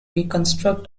reconstruct